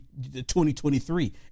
2023